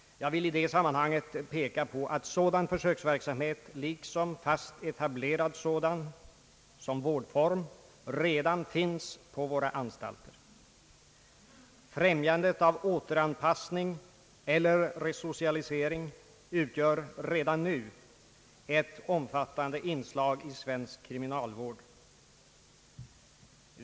Jag vill peka på att sådan försöksverksamhet — liksom fast etablerad sådan verksamhet som vårdform — redan finns på våra anstalter. Främjandet av återanpassning utgör redan nu ett omfattande inslag i svensk kriminalvård.